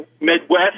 Midwest